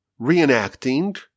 reenacting